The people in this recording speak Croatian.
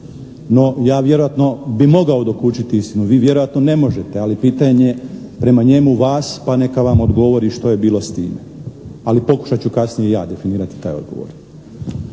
No ja vjerojatno bi mogao dokučiti istinu, vi vjerojatno ne možete. Ali pitanje je prema njemu vas pa neka vam odgovori što je bilo s time. Ali pokušat ću kasnije ja definirati taj odgovor.